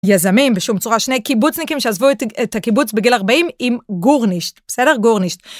יזמים בשום צורה, שני קיבוצניקים שעזבו את הקיבוץ בגיל 40 עם גורנישט, בסדר? גורנישט.